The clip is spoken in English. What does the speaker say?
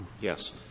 Yes